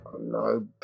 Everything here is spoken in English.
No